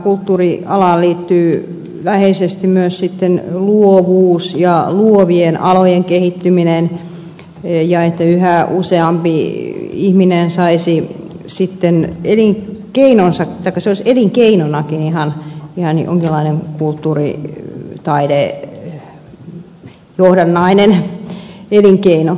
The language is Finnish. kulttuurialaan liittyy läheisesti myös luovuus ja luovien alojen kehittyminen teija yhä useampi ihminen saisi sitten elin ja se että se olisi yhä useammalle ihmiselle jonkinlainen kulttuuri taidejohdannainen elinkeino